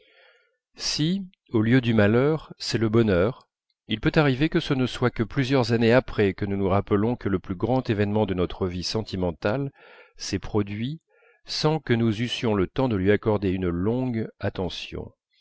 si au lieu du malheur c'est le bonheur il peut arriver que ce ne soit que plusieurs années après que nous nous rappelons que le plus grand événement de notre vie sentimentale s'est produit sans que nous eussions le temps de lui accorder une longue attention